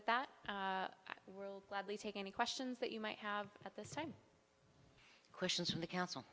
with that world gladly take any questions that you might have at this time questions from the council